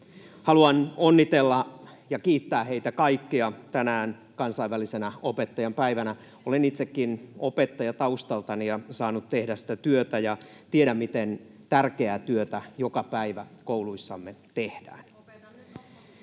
Haluan onnitella ja kiittää heitä kaikkia tänään kansainvälisenä opettajan päivänä. Olen itsekin opettaja taustaltani ja saanut tehdä sitä työtä, ja tiedän, miten tärkeää työtä joka päivä kouluissamme tehdään.